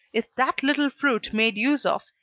is that little fruit made use of,